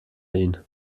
ihn